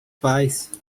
pais